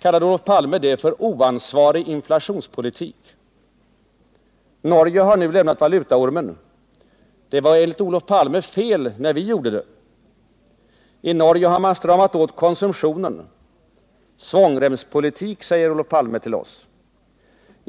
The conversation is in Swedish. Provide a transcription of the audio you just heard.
kallade Olof Palme det för ”oansvarig inflationspolitik”. Norge har nu lämnat valutaormen. Det var enligt Olof Palme fel när vi gjorde det. I Norge har man stramat åt konsumtionen. Svångremspolitik, säger Olof Palme till oss.